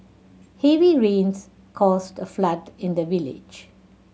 heavy rains caused flood in the village